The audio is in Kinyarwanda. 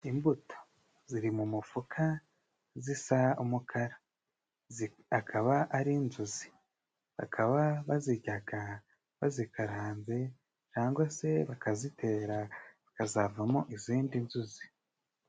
Imbuto ziri mu mufuka zisa umukara zi akaba ari inzuzi bakaba baziryaga bazikaranze cyangwa se bakazitera hakazavamo izindi nzuzi.